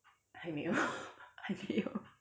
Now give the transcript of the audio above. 还没有 还没有